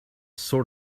sort